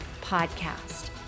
podcast